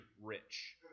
rich